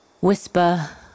Whisper